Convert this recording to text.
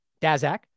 Dazac